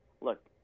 look